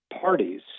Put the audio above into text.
parties